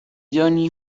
دونی